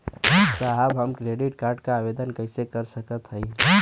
साहब हम credit card क आवेदन कइसे कर सकत हई?